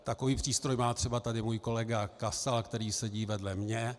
Takový přístroj má třeba tady můj kolega Kasal, který sedí vedle mě.